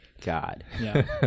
God